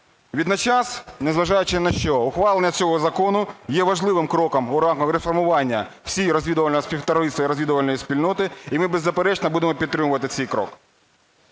Водночас, не зважаючи ні на що, ухвалення цього закону є важливим кроком у реформуванні всього розвідувального співтовариства і розвідувальної спільноти. І ми беззаперечно будемо підтримувати цей крок.